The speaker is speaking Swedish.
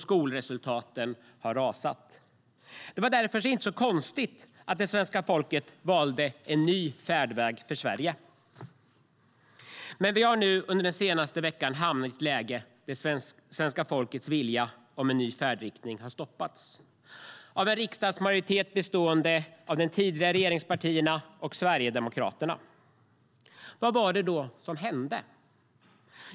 Skolresultaten har rasat. Vad var det då som hände?